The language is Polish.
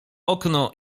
okno